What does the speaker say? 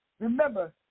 Remember